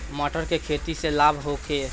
मटर के खेती से लाभ होखे?